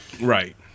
right